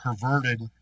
perverted